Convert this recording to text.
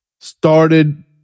Started